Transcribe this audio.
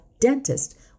dentist